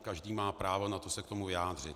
Každý má právo na to se k tomu vyjádřit.